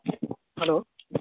hello